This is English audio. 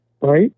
right